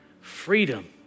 Freedom